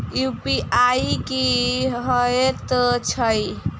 UPI की हएत छई?